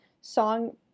song